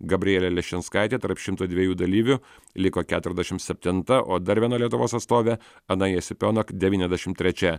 gabrielė leščinskaitė tarp šimto dviejų dalyvių liko keturiasdešimt septinta o dar viena lietuvos atstovė ana jesipionok devyniasdešimt trečia